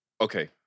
Okay